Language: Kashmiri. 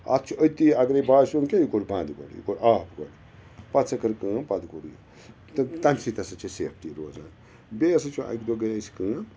اَتھ چھُ أتی اَگرے باسٮ۪و کیٚنٛہہ یہِ کوٚر بَنٛد گۄڈٕ یہِ کوٚر آف گۄڈٕ پَتہٕ سا کٔر کٲم پَتہٕ کوٚڈ یہِ تہٕ تَمہِ سۭتۍ ہَسا چھِ سیفٹی روزان بیٚیہِ ہَسا چھُ اَکہِ دۄہ گٔے اَسہِ کٲم